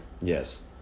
Yes